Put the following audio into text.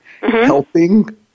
helping